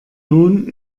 nun